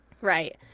Right